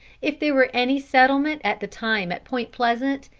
if there were any settlement at the time at point pleasant,